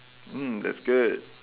mm that's good